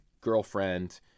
girlfriend